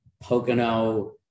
Pocono